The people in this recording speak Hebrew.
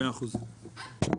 מאה אחוז.